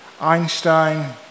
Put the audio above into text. Einstein